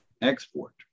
Export